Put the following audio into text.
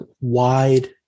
wide